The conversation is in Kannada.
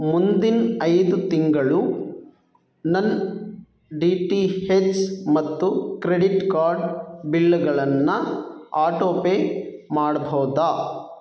ಮುಂದಿನ ಐದು ತಿಂಗಳು ನನ್ನ ಡಿ ಟಿ ಹೆಚ್ ಮತ್ತು ಕ್ರೆಡಿಟ್ ಕಾರ್ಡ್ ಬಿಲ್ಗಳನ್ನು ಆಟೋಪೇ ಮಾಡ್ಬೌದಾ